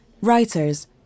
writers